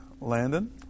Landon